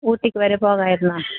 ഊട്ടിക്ക് വരെ പോവായിരുന്നോ